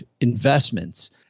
investments